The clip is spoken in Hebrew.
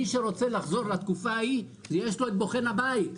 מי שרוצה לחזור לתקופה ההיא יש לו את בוחן הבית,